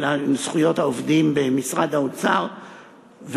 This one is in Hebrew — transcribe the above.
זכויות העובדים במשרד האוצר,